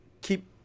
Keep